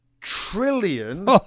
trillion